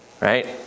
right